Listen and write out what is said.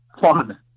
fun